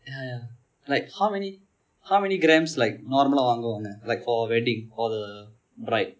ya ya like how many how many grams like normal வாங்குவாங்க:vaanguvaanga like for wedding for the bride